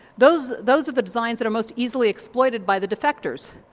those those are the designs that are most easily exploited by the defectors.